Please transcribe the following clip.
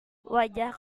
wajah